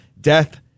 death